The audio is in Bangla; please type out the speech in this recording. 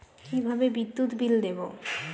কিভাবে বিদ্যুৎ বিল দেবো?